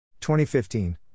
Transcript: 2015